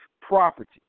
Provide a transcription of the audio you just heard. property